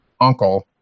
uncle